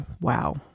Wow